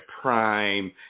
prime